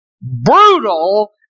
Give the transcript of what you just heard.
brutal